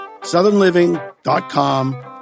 southernliving.com